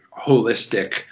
holistic